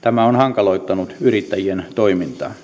tämä on hankaloittanut yrittäjien toimintaa